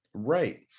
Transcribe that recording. right